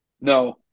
No